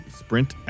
sprint